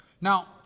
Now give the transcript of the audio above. Now